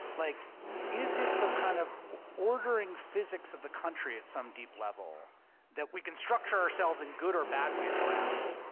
like is it the kind of ordering physics of the country at some deep level that we can structure ourselves in good or bad ways around,